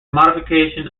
modification